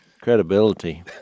credibility